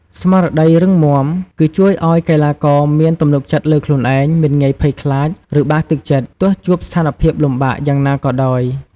ស្មារតីរឹងមាំគឺជួយឲ្យកីឡាករមានទំនុកចិត្តលើខ្លួនឯង មិនងាយភ័យខ្លាច ឬបាក់ទឹកចិត្ត ទោះជួបស្ថានភាពលំបាកយ៉ាងណាក៏ដោយ។